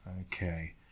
Okay